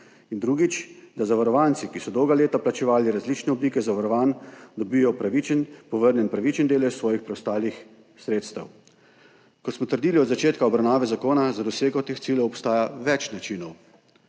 In drugič, da zavarovanci, ki so dolga leta plačevali različne oblike zavarovanj, dobijo povrnjen pravičen delež svojih preostalih sredstev. Kot smo trdili od začetka obravnave zakona, za dosego teh ciljev obstaja več načinov.